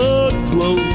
aglow